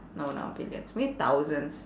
no not billions maybe thousands